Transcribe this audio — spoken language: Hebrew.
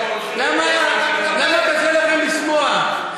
למה קשה לכם לשמוע?